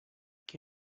qui